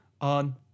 on